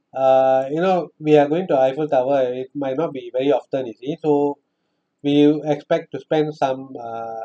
uh you know we are going to eiffel tower and it might not be very often you see so we will expect to spend some uh